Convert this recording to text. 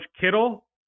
kittle